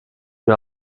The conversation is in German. mir